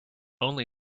only